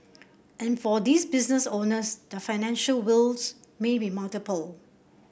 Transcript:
and for these business owners their financial woes may be multiple